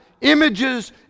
images